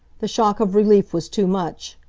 the shock of relief was too much.